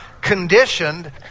conditioned